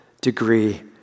degree